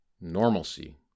normalcy